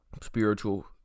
spiritual